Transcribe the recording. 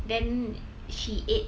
then she ate